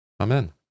Amen